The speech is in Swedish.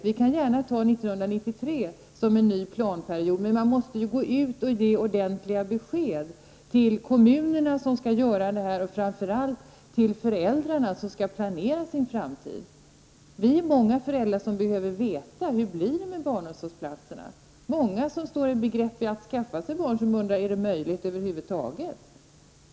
Vi kan gärna ta tiden fram till 1993 som en ny planperiod, men man måste ge ordentliga besked till kommunerna som skall göra det här och framför allt till föräldrarna som skall planera sin framtid. Vi är många föräldrar som behöver veta hur det blir med barnomsorgsplatserna. Många som står i begrepp att skaffa sig barn undrar om det över huvud taget är möjligt.